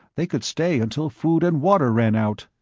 they could stay until food and water ran out.